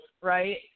right